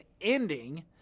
ending